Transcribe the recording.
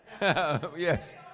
Yes